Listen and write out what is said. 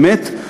אמת,